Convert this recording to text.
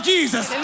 Jesus